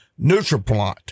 Nutriplant